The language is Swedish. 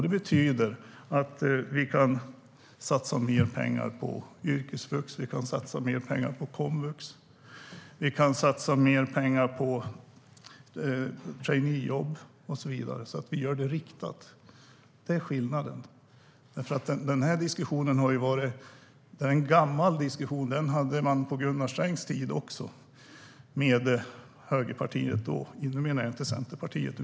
Det betyder att vi kan satsa mer pengar på yrkesvux, komvux, traineejobb och så vidare. Vi gör det alltså riktat. Det är skillnaden. Det här är en gammal diskussion som redan Gunnar Sträng hade på sin tid med Högerpartiet.